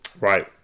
right